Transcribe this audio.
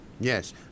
Yes